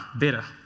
data.